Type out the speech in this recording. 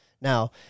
Now